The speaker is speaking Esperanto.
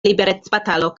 liberecbatalo